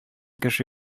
кеше